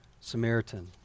Samaritan